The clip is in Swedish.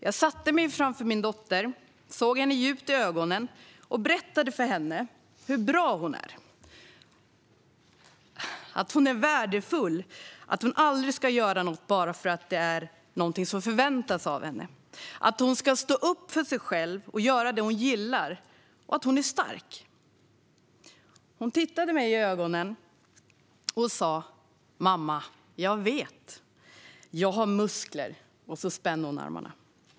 Jag satte mig framför min dotter, såg henne djupt i ögonen och berättade för henne hur bra hon är, att hon är värdefull, att hon aldrig ska göra något bara för att det förväntas av henne, att hon ska stå upp för sig själv och göra det hon gillar och att hon är stark. Hon tittade mig i ögonen och sa: Mamma, jag vet; jag har muskler. Och så spände hon armarna.